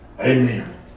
amen